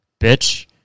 bitch